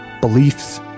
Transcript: beliefs